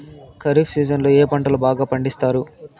ఖరీఫ్ సీజన్లలో ఏ పంటలు బాగా పండిస్తారు